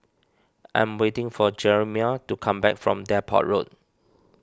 I am waiting for Jerimiah to come back from Depot Road